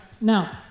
Now